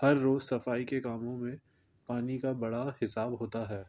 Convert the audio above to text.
ہر روز صفائی کے کاموں میں پانی کا بڑا حساب ہوتا ہے